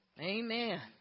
amen